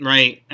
Right